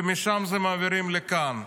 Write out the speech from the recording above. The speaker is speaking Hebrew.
ומשם מעבירים לכאן.